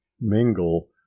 mingle